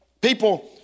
People